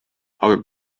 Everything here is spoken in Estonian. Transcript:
aga